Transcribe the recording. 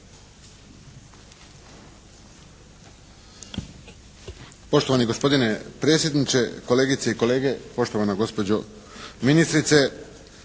Poštovani gospodine predsjedniče, kolegice i kolege, poštovana gospođo ministrice.